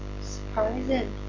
surprising